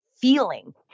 feeling